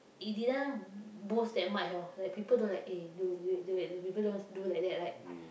he didn't boast that much orh like people don't like eh the people don't do like that like